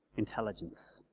intelligence.